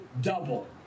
double